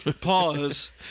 pause